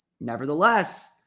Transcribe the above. nevertheless